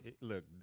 Look